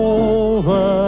over